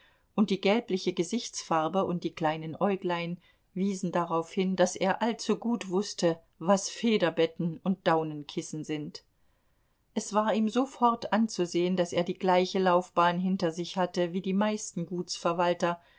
und die gelbliche gesichtsfarbe und die kleinen äuglein wiesen darauf hin daß er allzu gut wußte was federbetten und daunenkissen sind es war ihm sofort anzusehen daß er die gleiche laufbahn hinter sich hatte wie die meisten